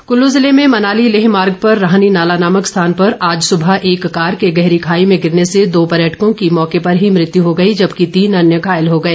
दुर्घटना कुल्लू जिले में मनाली लेह मार्ग पर राहनी नाला नामक स्थान पर आज सुबह एक कार के गहरी खाई में गिरने से दो पर्यटकों की मौके पर ही मृत्यु हो गई जबकि तीन अन्य घायल हो गए